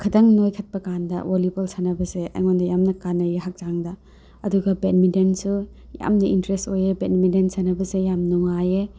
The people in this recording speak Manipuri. ꯈꯤꯇꯪ ꯅꯣꯏꯈꯠꯄꯀꯥꯟꯗ ꯋꯣꯂꯤꯕꯣꯜ ꯁꯥꯟꯅꯕꯁꯦ ꯑꯩꯉꯣꯟꯗ ꯌꯥꯝꯅ ꯀꯥꯟꯅꯩꯌꯦ ꯍꯛꯆꯥꯡꯗ ꯑꯗꯨꯒ ꯕꯦꯠꯃꯤꯟꯇꯟꯁꯨ ꯌꯥꯝꯅ ꯏꯟꯇ꯭ꯔꯦꯁ ꯑꯣꯏꯌꯦ ꯕꯦꯠꯃꯤꯟꯇꯟ ꯁꯥꯟꯅꯕꯁꯦ ꯌꯥꯝ ꯅꯨꯡꯉꯥꯏꯌꯦ